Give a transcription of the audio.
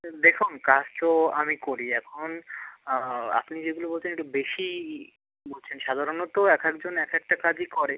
দেখুন কাজ তো আমি করি এখন আপনি যেগুলো বলছেন একটু বেশিই বলছেন সাধারণত এক একজন এক একটা কাজই করে